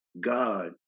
God